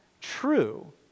true